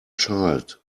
child